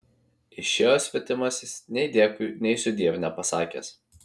išėjo svetimasis nei dėkui nei sudiev nepasakęs